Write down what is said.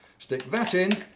stick that in.